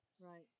Right